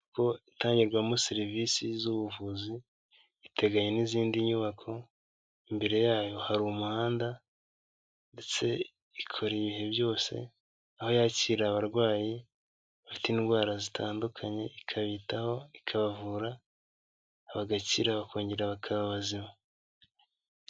Inyubako itangirwamo serivisi z'ubuvuzi, iteganye n'izindi nyubako, imbere yayo hari umuhanda, ndetse ikora ibihe byose, aho yakira abarwayi bafite indwara zitandukanye ikabitaho, ikabavura bagakira bakongera bakaba bazima.